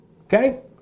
Okay